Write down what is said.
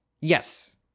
yes